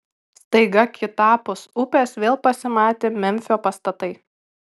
staiga kitapus upės vėl pasimatė memfio pastatai